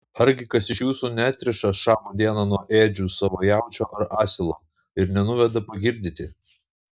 argi kas iš jūsų neatriša šabo dieną nuo ėdžių savo jaučio ar asilo ir nenuveda pagirdyti